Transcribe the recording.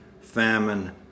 famine